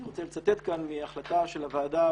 אני רוצה לצטט מהחלטה של הוועדה